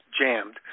jammed